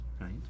Right